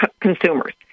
consumers